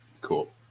Cool